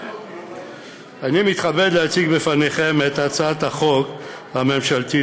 אני מתכבד להציג בפניכם את הצעת החוק הממשלתית,